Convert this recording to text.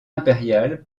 impérial